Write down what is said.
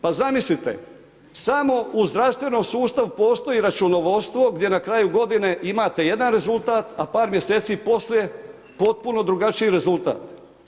Pa zamislite, samo u zdravstvenom sustavu postoji računovodstvo, gdje na kraju godine, imate jedan rezultat, a par mjeseci poslije, potpuno drugačiji rezultat.